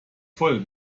voll